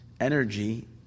Energy